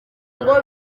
ngo